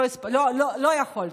לא יכולת.